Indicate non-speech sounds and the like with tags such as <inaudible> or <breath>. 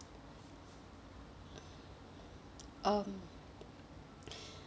um <breath>